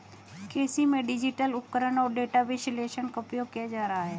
कृषि में डिजिटल उपकरण और डेटा विश्लेषण का उपयोग किया जा रहा है